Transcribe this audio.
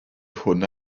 hwn